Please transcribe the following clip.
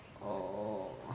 orh